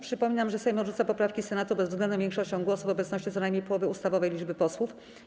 Przypominam, że Sejm odrzuca poprawki Senatu bezwzględną większością głosów w obecności co najmniej połowy ustawowej liczby posłów.